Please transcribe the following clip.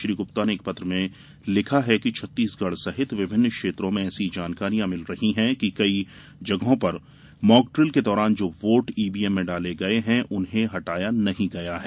श्री गुप्ता ने एक पत्र में लिखा है कि छत्तीसगढ़ सहित विभिन्न क्षेत्रों से ऐसी जानकारियां मिल रही हैं कि कई जगहों पर मॉक ड्रिल के दौरान जो वोट ईवीएम में डाले गये हैं उन्हें हटाया नहीं गया है